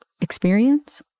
experience